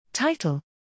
Title